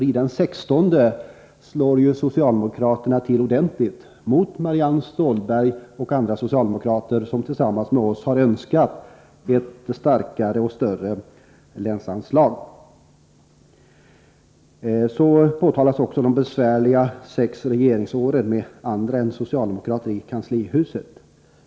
I den sextonde reservationen slår nämligen socialdemokraterna till ordentligt mot Marianne Stålberg och andra socialdemokrater som tillsammans med oss har önskat ett större länsanslag. Vidare klagades det över de sex ”besvärliga regeringsåren” med andra än socialdemokrater i kanslihuset.